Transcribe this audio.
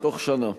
בתוך שנה.